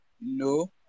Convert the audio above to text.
No